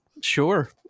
sure